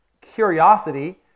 curiosity